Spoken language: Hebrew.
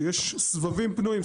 שיש סבבים פנויים,